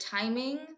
timing